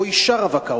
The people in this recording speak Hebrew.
אשה רווקה,